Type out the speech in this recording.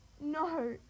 No